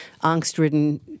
angst-ridden